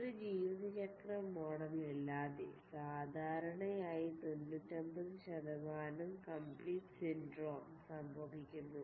ഒരു ജീവിതചക്രം മോഡൽ യില്ലാതെ സാധാരണയായി 99 കംപ്ലീറ്റ് സിൻഡ്രോം സംഭവിക്കുന്നു